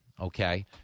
Okay